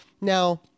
Now